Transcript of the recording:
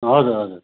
हजुर हजुर